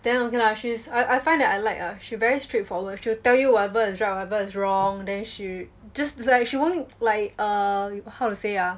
then okay lah she's I I find that I like ah she very straightforward she will tell you whatever is right whatever is wrong then she just like she won't like um how to say ah